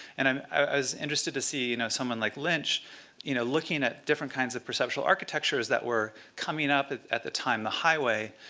and um i was interested to see you know someone like lynch you know looking at different kinds of perceptual architectures that were coming up at the time, the highway,